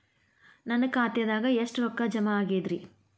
ನನ್ನ ಖಾತೆದಾಗ ಎಷ್ಟ ರೊಕ್ಕಾ ಜಮಾ ಆಗೇದ್ರಿ?